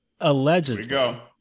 Allegedly